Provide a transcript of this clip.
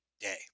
day